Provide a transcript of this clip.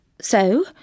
so